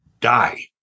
die